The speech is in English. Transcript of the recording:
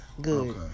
good